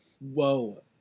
Whoa